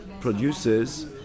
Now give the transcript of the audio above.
produces